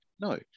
No